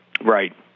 Right